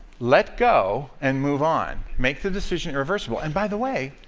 let go and move on, make the decision reversible. and by the way,